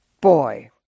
boy